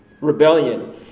rebellion